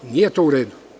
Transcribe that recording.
Nije to u redu.